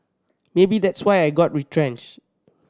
maybe that's why I got retrench